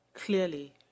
Clearly